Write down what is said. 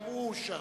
גם הוא אושר.